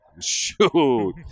Shoot